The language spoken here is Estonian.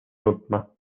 nutma